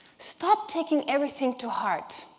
stop taking everything to heart,